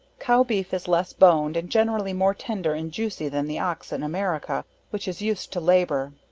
cow beef is less boned, and generally more tender and juicy than the ox, in america, which is used to labor.